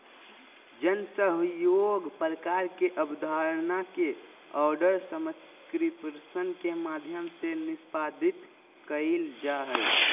जन सहइोग प्रकार के अबधारणा के आर्डर सब्सक्रिप्शन के माध्यम से निष्पादित कइल जा हइ